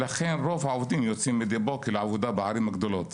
לכן רוב העובדים יוצאים מדי בוקר לעבודה בערים הגדולות.